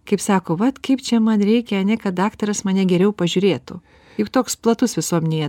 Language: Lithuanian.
kaip sako vat kaip čia man reikia ane kad daktaras mane geriau pažiūrėtų juk toks platus visuomenėje